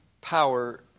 power